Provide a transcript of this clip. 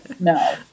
No